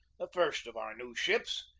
the first of our new ships,